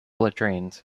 latrines